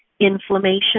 inflammation